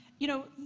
you know,